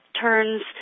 turns